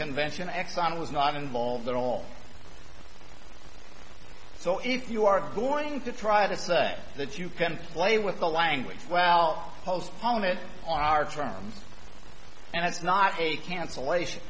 convention exxon was not involved at all so if you are going to try to say that you can play with the language well postpone it on our terms and it's not a cancellation